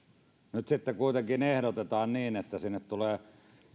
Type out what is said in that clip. nyt sitten kuitenkin ehdotetaan että sinne tulee